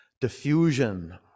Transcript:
diffusion